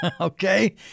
okay